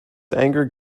angered